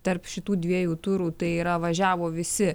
tarp šitų dviejų turų tai yra važiavo visi